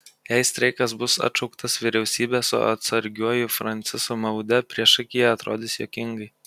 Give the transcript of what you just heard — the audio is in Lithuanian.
jei streikas bus atšauktas vyriausybė su atsargiuoju francisu maude priešakyje atrodys juokingai